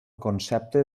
concepte